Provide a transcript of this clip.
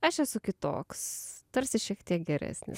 aš esu kitoks tarsi šiek tiek geresnis